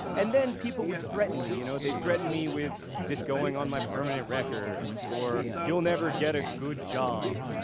and then people would threaten me, you know, they'd threaten me with this going on my permanent record, or you'll never get a good job.